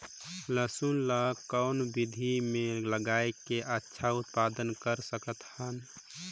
लसुन ल कौन विधि मे लगाय के अच्छा उत्पादन कर सकत हन?